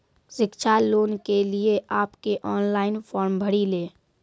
शिक्षा लोन के लिए आप के ऑनलाइन फॉर्म भरी ले?